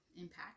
impact